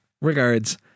Regards